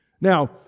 Now